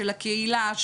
של הקהילה,